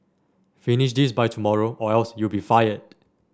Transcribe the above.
finish this by tomorrow or else you'll be fired